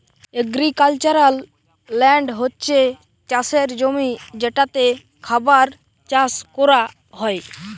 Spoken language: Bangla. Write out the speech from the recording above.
এগ্রিক্যালচারাল ল্যান্ড হচ্ছে চাষের জমি যেটাতে খাবার চাষ কোরা হয়